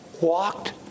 walked